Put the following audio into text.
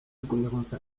incohérence